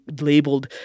labeled